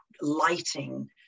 lighting